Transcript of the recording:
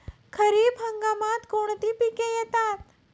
खरीप हंगामात कोणती पिके येतात?